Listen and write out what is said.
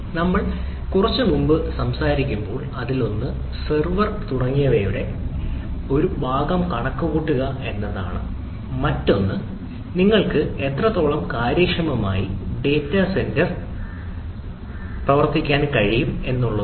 നമ്മൾ കുറച്ച് മിനിറ്റ് മുമ്പ് സംസാരിക്കുമ്പോൾ അതിലൊന്ന് സെർവർ തുടങ്ങിയവയുടെ ഒരു ഭാഗം കണക്കുകൂട്ടുക എന്നതാണ് മറ്റൊന്ന് നിങ്ങൾക്ക് എത്രത്തോളം കാര്യക്ഷമമായി ഡാറ്റാ സെന്റർ ഡിസൈൻ വശങ്ങൾ രൂപകൽപ്പന ചെയ്യാൻ കഴിയുന്നു എന്നതാണ്